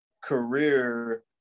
career